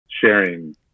sharing